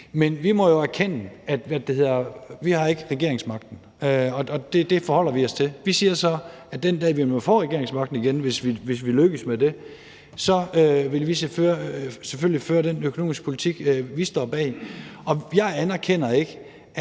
Men vi må jo erkende, at vi ikke har regeringsmagten, og det forholder vi os til. Vi siger så, at den dag, hvor vi måtte få regeringsmagten igen, hvis vi lykkes med det, vil vi selvfølgelig føre den økonomiske politik, vi står bag. Og jeg anerkender ikke,